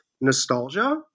nostalgia